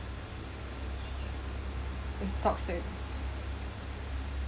it's toxic